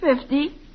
Fifty